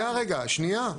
שנייה רגע, שנייה.